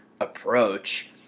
approach